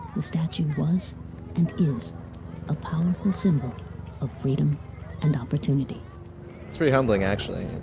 the statue was and is a powerful symbol of freedom and opportunity it's pretty humbling actually.